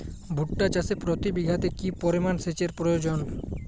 ভুট্টা চাষে প্রতি বিঘাতে কি পরিমান সেচের প্রয়োজন?